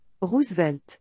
Roosevelt